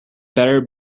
better